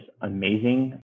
amazing